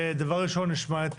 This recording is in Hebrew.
דבר ראשון נשמע את